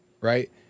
Right